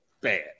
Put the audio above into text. bad